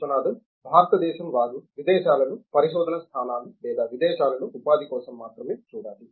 విశ్వనాథన్ భారతదేశం వారు విదేశాలలో పరిశోధన స్థానాలు లేదా విదేశాలలో ఉపాధి కోసం మాత్రమే చూడాలి